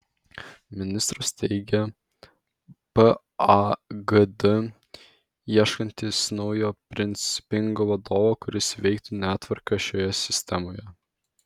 ministras teigia pagd ieškantis naujo principingo vadovo kuris įveiktų netvarką šioje sistemoje